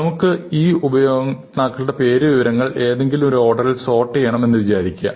നമുക്ക് ഈ ഉപയോക്താക്കളുടെ പേരുവിവരങ്ങൾ ഏതെങ്കിലുമൊരു ഒരു ഓർഡറിൽ സോർട്ട് ചെയ്യണം എന്ന് വിചാരിക്കുക